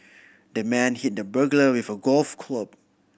the man hit the burglar with a golf club